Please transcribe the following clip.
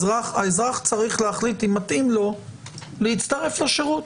אזרח האזרח צריך להחליט אם מתאים לו להצטרף לשירות.